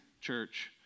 church